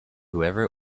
whoever